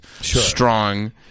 strong